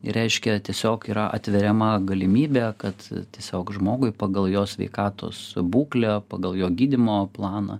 reiškia tiesiog yra atveriama galimybė kad tiesiog žmogui pagal jo sveikatos būklę pagal jo gydymo planą